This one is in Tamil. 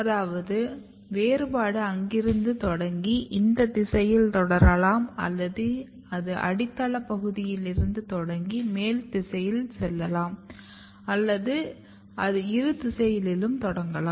அதாவது வேறுபாடு இங்கிருந்து தொடங்கி இந்த திசையில் தொடரலாம் அல்லது அது அடித்தளப் பகுதியிலிருந்து தொடங்கி மேல் திசையில் செல்லலாம் அல்லது அது இரு திசையிலிருந்தும் தொடங்கலாம்